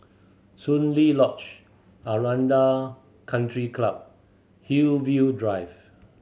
Soon Lee Lodge Aranda Country Club Hillview Drive